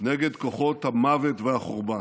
נגד כוחות המוות והחורבן.